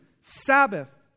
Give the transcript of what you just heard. Sabbath